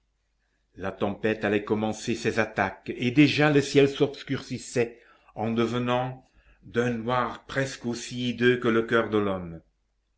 la tempête allait commencer ses attaques et déjà le ciel s'obscurcissait en devenant d'un noir presque aussi hideux que le coeur de l'homme